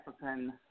African